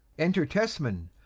enter tesman.